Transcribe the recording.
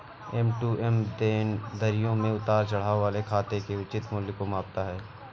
M to M देनदारियों में उतार चढ़ाव वाले खातों के उचित मूल्य को मापता है